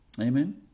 Amen